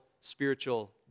spiritual